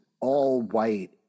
all-white